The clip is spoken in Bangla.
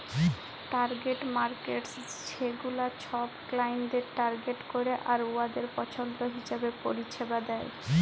টার্গেট মার্কেটস ছেগুলা ছব ক্লায়েন্টদের টার্গেট ক্যরে আর উয়াদের পছল্দ হিঁছাবে পরিছেবা দেয়